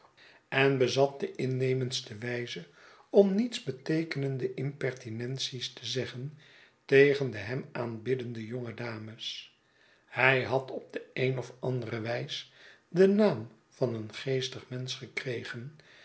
en bezat de innemendste wijze om nietsbeteekenende impertinenties te zeggen tegen de hem aanbiddende jonge dames hij had op de een of andere wijs den naam van een geestig mensch gekregen